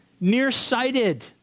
nearsighted